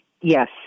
Yes